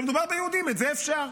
כשמדובר ביהודים, את זה אפשר.